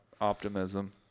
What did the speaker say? Optimism